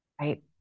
right